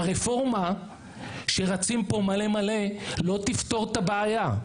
הרפורמה שרצים פה מלא מלא, לא תפתור את הבעיה.